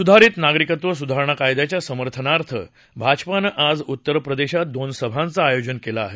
सुधारित नागरिकत्व सुधारणा कायद्याच्या समर्थनार्थ भाजपानं आज उत्तरप्रदेशात दोन सभांच आयोजन केलं आहे